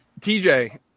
TJ